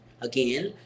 Again